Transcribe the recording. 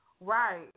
Right